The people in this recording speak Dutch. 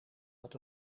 had